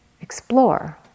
explore